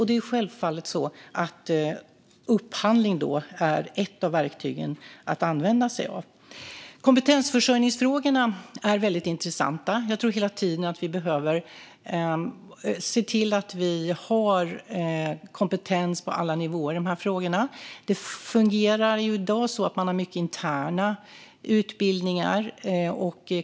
Det är självfallet så att upphandling då är ett av verktygen att använda sig av. Kompetensförsörjningsfrågorna är väldigt intressanta. Jag tror att vi hela tiden behöver se till att vi har kompetens på alla nivåer i dessa frågor. Det fungerar i dag så att det finns många interna utbildningar.